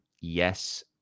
yes